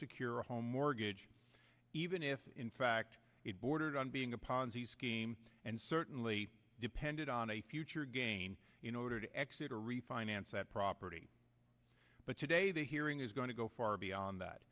secure a home mortgage even if in fact it bordered on being a ponzi scheme and certainly depended on a future gain in order to exit or refinance that property but today the hearing is going to go far beyond that